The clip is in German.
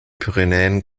pyrenäen